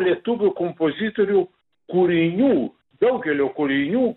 lietuvių kompozitorių kūrinių daugelio kūrinių